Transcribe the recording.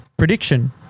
Prediction